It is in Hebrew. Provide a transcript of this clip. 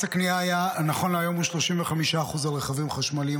מס הקנייה, נכון להיום, הוא 35% על רכבים חשמליים.